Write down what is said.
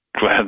glad